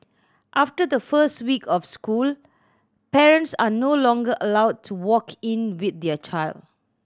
after the first week of school parents are no longer allowed to walk in with their child